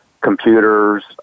computers